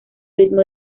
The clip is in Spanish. ritmo